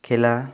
खेला